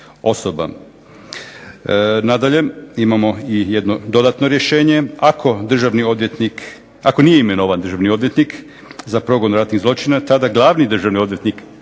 Nadalje, imamo i jedno dodatno rješenje. Ako državni odvjetnik, ako nije imenovan državni odvjetnik za progon ratnih zločina tada glavni državni odvjetnik